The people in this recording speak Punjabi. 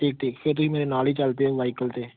ਠੀਕ ਠੀਕ ਫਿਰ ਤੁਸੀਂ ਮੇਰੇ ਨਾਲ ਹੀ ਚੱਲ ਪਿਓ ਵਾਹੀਕਲ 'ਤੇ